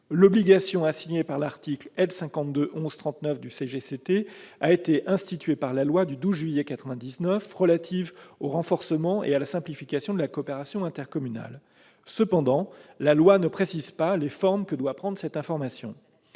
L'obligation assignée par l'article L. 5211-39 du CGCT a été instituée par la loi du 12 juillet 1999 relative au renforcement et à la simplification de la coopération intercommunale. Toutefois, la loi ne précise pas les formes que doit prendre cette information.